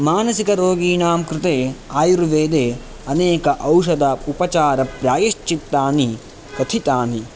मानसिकरोगिनां कृते आयुर्वेदे अनेक औषध उपचारप्रायश्चित्तानि कथितानि